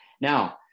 Now